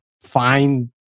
find